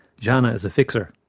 zhanna is a fixer.